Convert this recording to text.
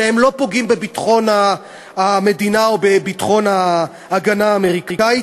והם לא פוגעים בביטחון המדינה או בביטחון ההגנה האמריקנית,